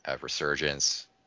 resurgence